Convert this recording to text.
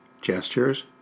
gestures